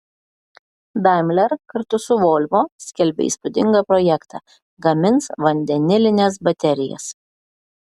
daimler kartu su volvo skelbia įspūdingą projektą gamins vandenilines baterijas